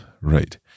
right